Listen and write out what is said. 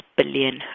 billion